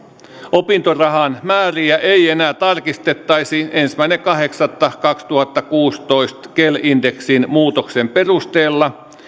opintorahan määriä ei enää tarkistettaisi ensimmäinen kahdeksatta kaksituhattakuusitoista kel indeksin muutoksen perusteella